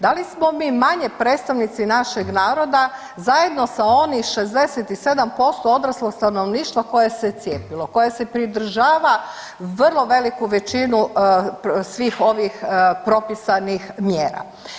Da li smo mi manje predstavnici našeg naroda zajedno sa onih 67% odraslog stanovništava koje se cijepilo koje se pridržava vrlo veliku većinu svih ovih propisanih mjera?